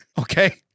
Okay